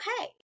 okay